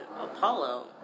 Apollo